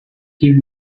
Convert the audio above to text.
keep